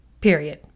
period